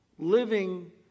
Living